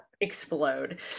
explode